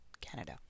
Canada